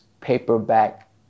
paperback